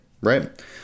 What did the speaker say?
right